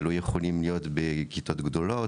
שלא יכולים להיות בכיתות גדולות,